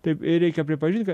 taip ir reikia pripažint kad